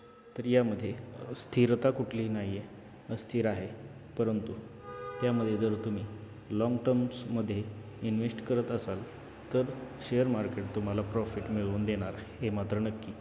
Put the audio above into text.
तर यामध्ये स्थिरता कुठलीही नाही आहे अस्थिर आहे परंतु त्यामध्ये जर तुम्ही लाँग टर्म्समध्ये इन्व्हेस्ट करत असाल तर शेअर मार्केट तुम्हाला प्रॉफिट मिळून देणार हे मात्र नक्की